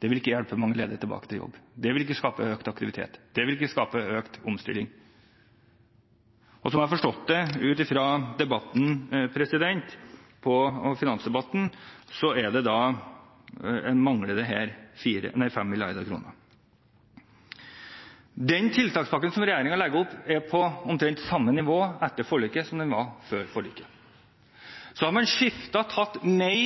Det vil ikke hjelpe mange ledige tilbake i jobb, det vil ikke skape økt aktivitet, det vil ikke skape økt omstilling. Slik jeg har forstått det ut ifra denne debatten og finansdebatten, mangler det her 5 mrd. kr. Den tiltakspakken som regjeringen legger opp til, er omtrent på samme nivå etter forliket som den var før forliket. Man har brukt mer